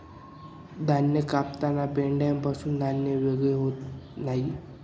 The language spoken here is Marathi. धान्य कापताना पेंढ्यापासून धान्य वेगळे होत नाही